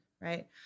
Right